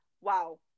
wow